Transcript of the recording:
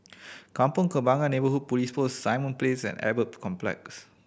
Kampong Kembangan Neighbourhood Police Post Simon Place and Albert Complex